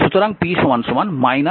সুতরাং p 45